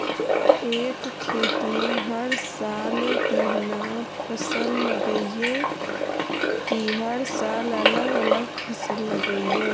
एक खेत में हर साल एक महिना फसल लगगियै कि हर साल अलग अलग फसल लगियै?